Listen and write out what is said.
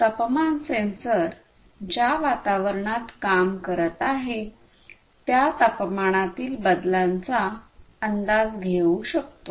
तापमान सेन्सर ज्या वातावरणात काम करत आहे त्या तापमानातील बदलांचा अंदाज घेऊ शकतो